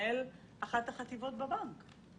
כמנהל אחת החטיבות בבנק?